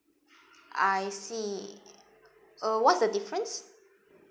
I see uh what's the difference